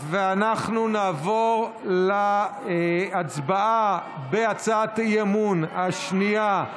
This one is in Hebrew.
ואנחנו נעבור להצבעה על הצעת האי-אמון השנייה,